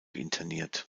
interniert